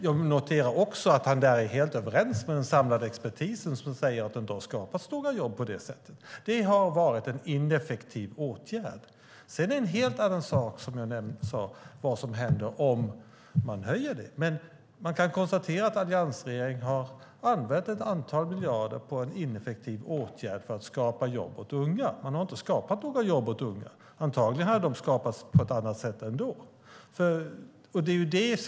Jag noterar också att han där är helt överens med den samlade expertisen som säger att det inte har skapats några jobb på det sättet. Det har varit en ineffektiv åtgärd. Sedan är det en helt annan sak vad som händer om man höjer den. Men jag kan konstatera att alliansregeringen har använt ett antal miljarder på en ineffektiv åtgärd för att skapa jobb åt unga. Man har inte skapat några jobb åt unga. Antagligen hade jobben skapats på ett annat sätt ändå.